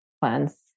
plans